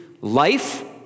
life